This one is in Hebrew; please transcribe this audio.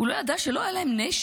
הוא לא ידע שלא היה להן נשק,